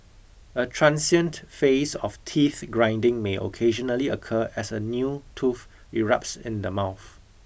a transient phase of teeth grinding may occasionally occur as a new tooth erupts in the mouth